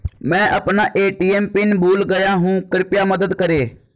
मैं अपना ATM PIN भूल गया हूँ कृपया मदद करें